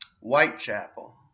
whitechapel